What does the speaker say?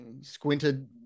squinted